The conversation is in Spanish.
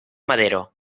madero